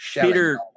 Peter